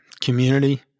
community